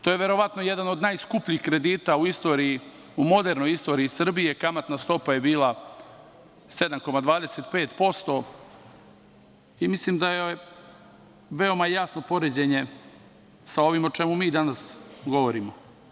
To je verovatno jedan od najskupljih kredita u modernoj istoriji Srbije, kamatna stopa je bila 7,25% i mislim da je veoma jasno poređenje sa ovim o čemu mi danas govorimo.